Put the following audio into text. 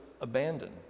abandoned